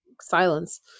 silence